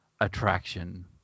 attraction